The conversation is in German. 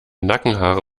nackenhaare